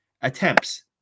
attempts